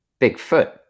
Bigfoot